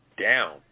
down